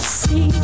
see